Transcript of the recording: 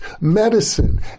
medicine